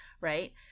right